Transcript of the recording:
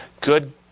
good